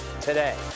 today